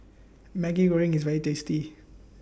Maggi Goreng IS very tasty